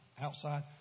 outside